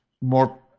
more